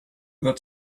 that